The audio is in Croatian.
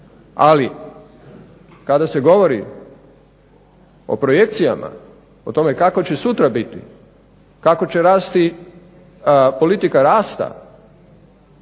Ali kada se govori o projekcijama o tome kako će sutra biti, kako će rasti politika rasta,